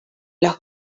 los